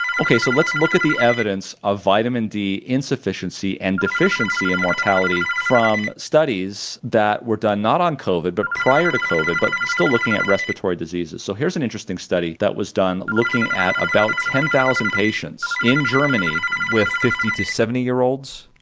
okay so let's look at the evidence of vitamin d insufficiency and deficiency and mortality from studies that were done not on covid, but prior to covid, but still looking at respiratory diseases. so here's an interesting study that was done looking at about ten thousand patients in germany with fifty to seventy year olds.